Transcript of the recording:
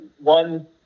one